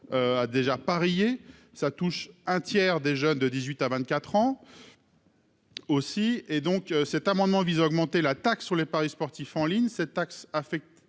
à déjà parié ça touche un tiers des jeunes de 18 à 24 ans. Aussi et donc, cet amendement vise à augmenter la taxe sur les paris sportifs en ligne cette taxe avec